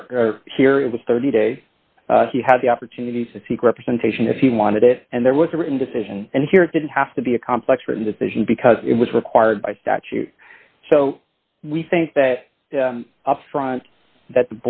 respond here in the thirty days he had the opportunity to seek representation if you wanted it and there was a written decision and here it didn't have to be a complex written decision because it was required by statute so we think that up front that